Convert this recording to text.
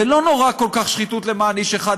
ולא נורא כל כך שחיתות למען איש אחד,